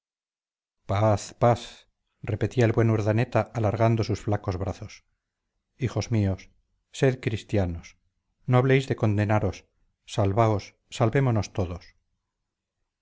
paz paz repetía el buen urdaneta alargando sus flacos brazos hijos míos sed cristianos no habléis de condenaros salvaos salvémonos todos